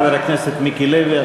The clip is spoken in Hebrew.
חבר הכנסת מיקי לוי,